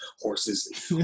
horses